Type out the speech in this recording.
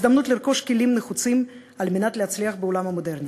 הזדמנות לרכוש כלים הנחוצים על מנת להצליח בעולם המודרני.